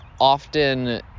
often